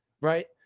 right